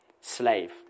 slave